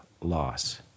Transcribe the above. loss